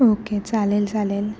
okay चालेल चालेल